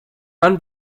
run